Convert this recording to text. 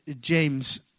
James